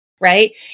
Right